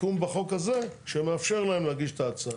תיקון בחוק הזה מאפשר להם להגיש את ההצעה.